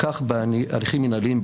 כך בהליכים מנהליים,